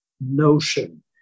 notion